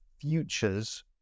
futures